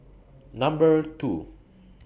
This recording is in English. Number two